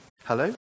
Hello